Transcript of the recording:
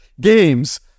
games